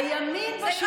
הימין בשלטון.